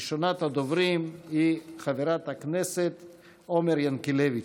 ראשונת הדוברים היא חברת הכנסת עומר ינקלביץ'.